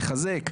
לחזר,